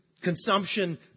consumption